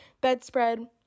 bedspread